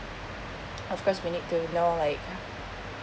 of course we need to know like